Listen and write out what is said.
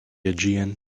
aegean